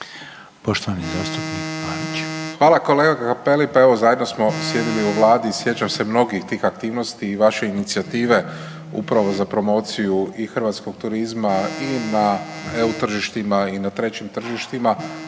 **Pavić, Marko (HDZ)** Hvala kolega Cappelli, pa evo zajedno smo sjedili u Vladi, sjećam se mnogih tih aktivnosti i vaše inicijative upravo za promociju i hrvatskog turizma i na EU tržištima i na trećim tržištima.